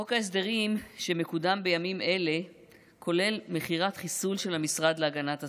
חוק ההסדרים שמקודם בימים אלה כולל מכירת חיסול של המשרד להגנת הסביבה,